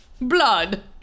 blood